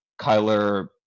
Kyler